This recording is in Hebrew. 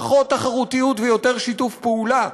פחות תחרותיות ויותר שיתוף פעולה.